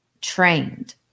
trained